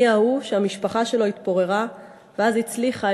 אני ההוא שהמשפחה שלו התפוררה ואז הצליחה,